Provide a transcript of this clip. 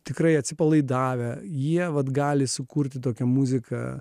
tikrai atsipalaidavę jie vat gali sukurti tokią muziką